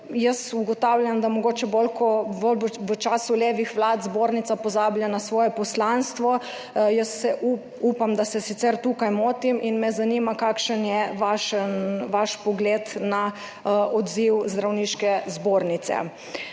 Jaz ugotavljam, da mogoče bolj v času levih vlad zbornica pozablja na svoje poslanstvo. Jaz upam, da se sicer tukaj motim. Zanima me: Kakšen je vaš pogled na odziv Zdravniške zbornice